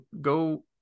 go